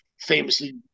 famously